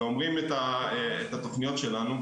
מכירים את המצב הקשה ואומרים את התוכניות שלנו,